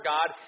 God